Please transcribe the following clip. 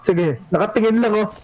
the ah the wrapping and